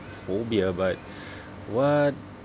phobia but what